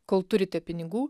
kol turite pinigų